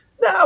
no